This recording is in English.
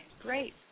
Great